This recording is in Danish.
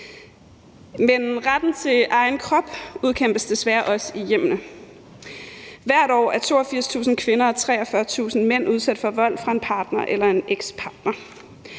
Retten til egen krop udkæmpes desværre også i hjemmene. Hvert år er 82.000 kvinder og 43.000 mænd udsat for vold fra en partner eller en ekspartner.